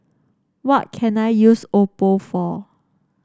what can I use Oppo for